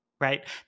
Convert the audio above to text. right